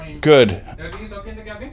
Good